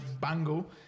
bungle